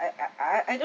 uh I I I don't